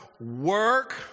Work